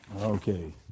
Okay